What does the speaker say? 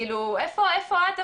איפה את,